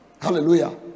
Hallelujah